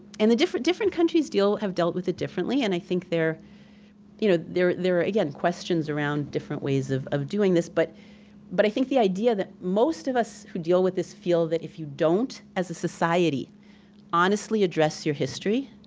and the different different countries have dealt with it differently. and i think there you know there are again questions around different ways of of doing this, but but i think the idea that most of us who deal with this feel that if you don't as a society honestly address your history,